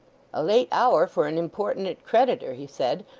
a late hour for an importunate creditor he said,